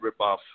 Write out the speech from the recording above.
ripoff